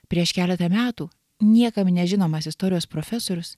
prieš keletą metų niekam nežinomas istorijos profesorius